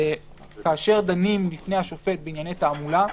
כאשר דנים לפני השופט בענייני תעמולה,